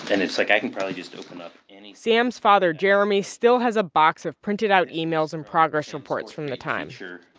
and it's, like, i can probably just open up any. sam's father, jeremy, still has a box of printed out emails and progress reports from the time you